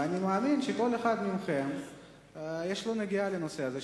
ואני מאמין שכל אחד מכם יש לו נגיעה לנושא הזה,